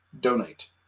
donate